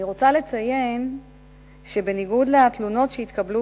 אני רוצה לציין שבניגוד לתלונות שהתקבלו